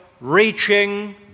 reaching